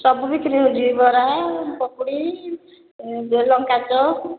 ସବୁ ବିକ୍ରି ହେଉଛି ବରା ପକୁଡ଼ି